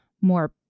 more